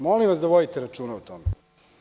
Molim vas da vodite računa o tome.